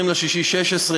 20 ביוני 2016,